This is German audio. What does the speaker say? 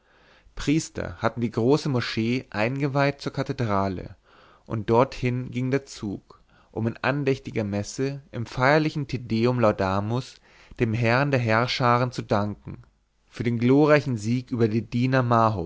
priester hatten die große moschee eingeweiht zur kathedrale und dorthin ging der zug um in andächtiger messe im feierlichen te deum laudamus dem herrn der heerscharen zu danken für den glorreichen sieg über die diener